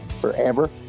forever